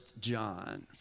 John